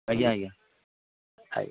ଆଜ୍ଞା ଆଜ୍ଞା ଆଜ୍ଞା